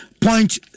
Point